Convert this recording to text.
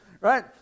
right